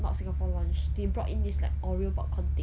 not singapore launch they brought in this like oreo popcorn thing